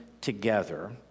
together